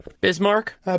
Bismarck